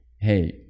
hey